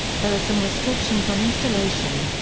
there are some restrictions on installation,